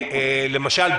למשל,